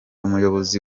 umuyobozi